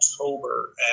October